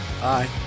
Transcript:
Bye